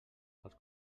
als